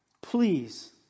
please